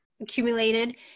accumulated